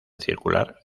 circular